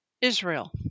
Israel